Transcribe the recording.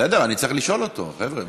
בסדר, אני צריך לשאול אותו, חבר'ה.